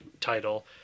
title